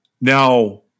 Now